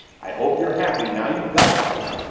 i hope you're happy now you've got one!